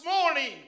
morning